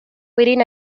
within